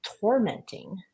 tormenting